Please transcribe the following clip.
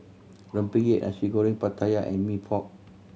rempeyek Nasi Goreng Pattaya and Mee Pok